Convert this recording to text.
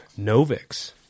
Novix